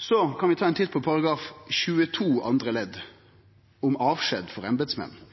Så kan vi ta ein titt på § 22 andre ledd, om avskjed for